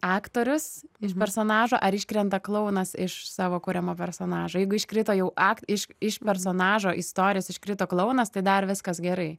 aktorius iš personažo ar iškrenta klounas iš savo kuriamo personažo jeigu iškrito jau iš iš personažo istorijos iškrito klounas tai dar viskas gerai